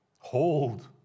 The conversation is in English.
hold